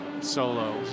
solo